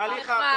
מה ההליך האחר?